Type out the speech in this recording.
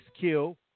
kill